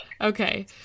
Okay